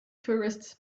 tourists